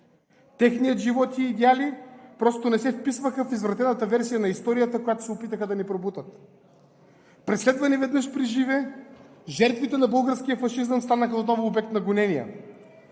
Техният живот и идеали просто не се вписваха в извратената версия на историята, която се опитаха да ни пробутат. Преследвани веднъж приживе, жертвите на българския фашизъм станаха отново обект на гонения